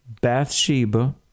Bathsheba